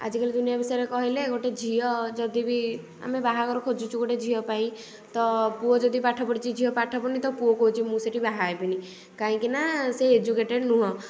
ଆଜିକାଲି ଦୁନିଆ ବିଷୟରେ କହିଲେ ଗୋଟେ ଝିଅ ଯଦି ବି ଆମେ ବାହାଘର ଖୋଜୁଛୁ ଗୋଟେ ଝିଅ ପାଇଁ ତ ପୁଅ ଯଦି ପାଠ ପଢିଛି ଆଉ ଝିଅ ପାଠ ପଢିନି ପୁଅ କହୁଛି ମୁଁ ସେଇଠି ବାହା ହେବିନି କାହିଁକି ନା ସେ ଏଜୁକେଟେଡ଼୍ ନୁହଁ